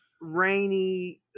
rainy